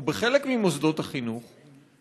או בחלק ממוסדות החינוך בפתח-תקווה.